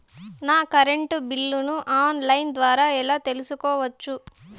నా కరెంటు బిల్లులను online ద్వారా ఎలా తెలుసుకోవచ్చు?